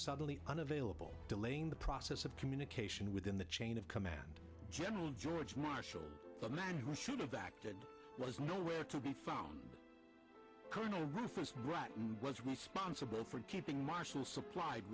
suddenly unavailable delaying the process of communication within the chain of command general george marshall the man who should have acted was nowhere to be found colonel reference bratton was responsible for keeping marshall supplied